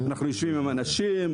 אנחנו יושבים עם אנשים,